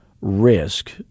risk